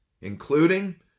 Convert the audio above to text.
including